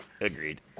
agreed